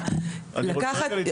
יש מחלוקת.